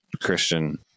Christian